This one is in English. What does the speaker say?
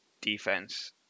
defense